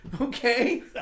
Okay